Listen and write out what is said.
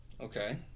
Okay